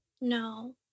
No